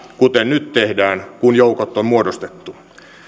kuten nyt tehdään kun joukot on muodostettu